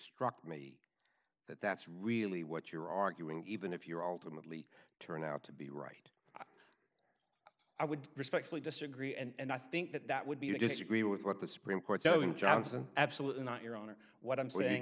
struck me that that's really what you're arguing even if you're alternately turn out to be right i would respectfully disagree and i think that that would be to disagree with what the supreme court does in johnson absolutely not your honor what i'm saying